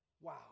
Wow